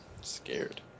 Scared